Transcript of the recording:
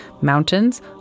mountains